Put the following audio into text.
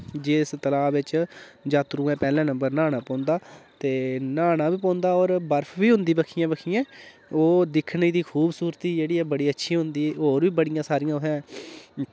जिस तला बिच्च जातरूए पैह्ले नम्बर नह्ना पौंदा ते नह्ना बी पौंदा और बर्फ बी होंदी बक्खिये बक्खिये ओह् दिक्खने दी सुबसुरती जेह्ड़ी ऐ बड़ी अच्छी होंदी और बी बड़ियां सारियां उत्थै